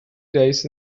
days